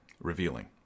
revealing